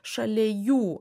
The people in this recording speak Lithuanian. šalia jų